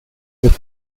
with